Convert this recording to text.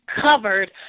covered